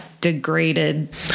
degraded